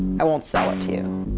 i won't sell it to you.